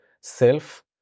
self